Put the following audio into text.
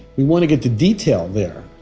we want to get the detail there.